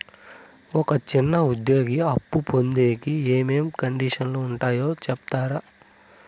ఒక చిన్న ఉద్యోగి అప్పు పొందేకి ఏమేమి కండిషన్లు ఉంటాయో సెప్తారా?